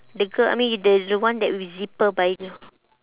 the girl I mean the the one that with zipper by the